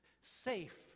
safe